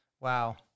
Wow